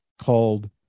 called